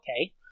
okay